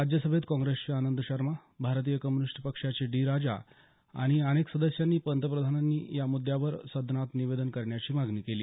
राज्यसभेत काँप्रेसचे आनंद शर्मा भारतीय कम्युनिस्ट पक्षाचे डी राजा आणि अनेक सदस्यांनी पंतप्रधानांनी या मुद्यावर सदनात निवेदन करण्याची मागणी केली